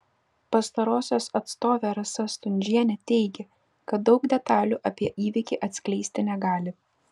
pastarosios atstovė rasa stundžienė teigė kad daug detalių apie įvykį atskleisti negali